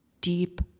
deep